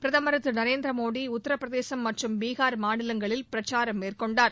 பிரதுர் திரு நரேந்திர மோடி உத்தரப்பிரதேசம் மற்றும் பீகார் மாநிலங்களில் பிரச்சாரம் மேற்கொண்டார்